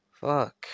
Fuck